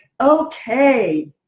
Okay